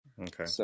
Okay